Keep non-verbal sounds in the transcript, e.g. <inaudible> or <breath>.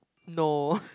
no <breath>